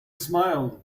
smiled